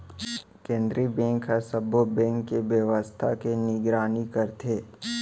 केंद्रीय बेंक ह सब्बो बेंक के बेवस्था के निगरानी करथे